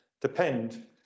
depend